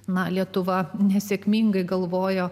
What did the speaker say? na lietuva nesėkmingai galvojo